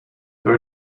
there